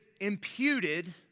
imputed